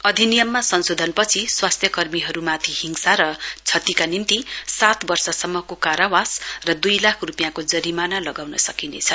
अधिनियममा संशोधनपछि स्वास्थ्यकर्माहरू माथि हिंसा र क्षतिका निम्ति सात वर्षसम्मको कारावास र दुई लाख रुपियाँको जरिमाना लगाउन सकिनेछ